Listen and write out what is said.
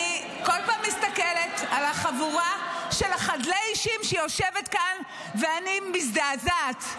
אני כל פעם מסתכלת על החבורה של חדלי האישים שיושבת כאן ואני מזדעזעת.